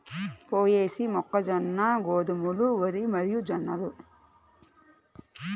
పొయేసీ, మొక్కజొన్న, గోధుమలు, వరి మరియుజొన్నలు